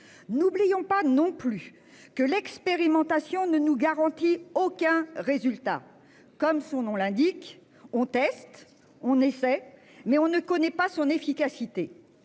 N'oublions pas non plus que l'expérimentation ne nous garantit aucun résultat. Comme son nom l'indique, on teste, on essaie mais on ne connaît pas son efficacité.